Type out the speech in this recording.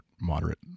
moderate